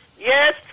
Yes